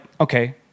okay